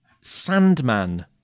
Sandman